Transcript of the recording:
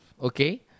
Okay